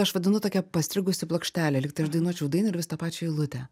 aš vadinu tokia pastrigusi plokštelė lygtai aš dainuočiau dainą ir vis tą pačią eilutę